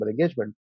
engagement